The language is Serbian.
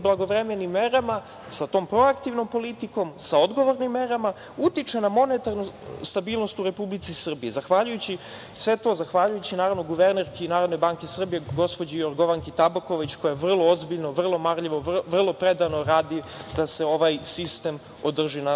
sa tom proaktivnom politikom, sa odgovornim merama utiče na monetarnu stabilnost u Republici Srbiji, sve to zahvaljujući naravno guvernerki Narodne banke Srbije, gospođi Jorgovanki Tabaković koja vrlo ozbiljno, vrlo marljivo, vrlo predano radi da se ovaj sistem održi kako